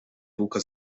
bułka